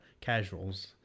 casuals